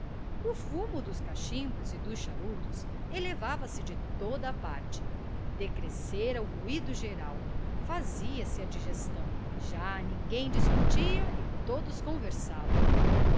o fumo dos cachimbos e dos charutos elevava-se de toda a parte decrescera o ruído geral fazia-se a digestão já ninguém discutia e todos conversavam